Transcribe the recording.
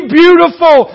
beautiful